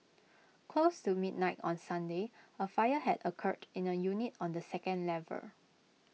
close to midnight on Sunday A fire had occurred in A unit on the second level